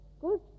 Good